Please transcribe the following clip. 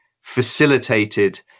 facilitated